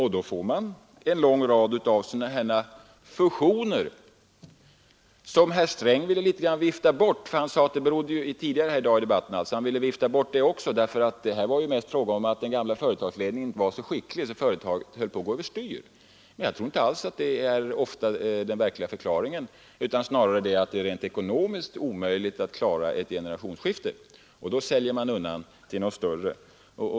Man får då en lång rad av fusioner, något som herr Sträng tidigare i debatten ville vifta bort. Han sade, att det mest var fråga om att den gamla företagsledningen inte var så skicklig och att företaget därför höll på att gå över styr. Jag tror inte att det är den verkliga förklaringen. Snarare är det ekonomiskt rent omöjligt att klara ett generationsskifte, varför man säljer undan till något större företag.